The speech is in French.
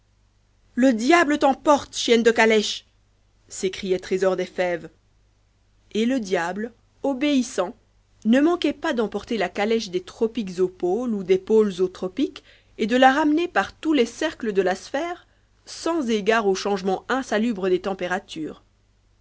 le diable t'emporte chienne de calèche décriait trésor des fèves et le diable obéissant ne manquait pas d'emporter la calèche des tropiques aux pôles ou des pôles aux tropiques et de la ramener par tous les cercles de la sphère sans égard au changement insalubre des températures